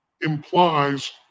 implies